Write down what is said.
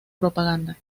propaganda